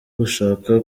gushaka